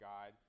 God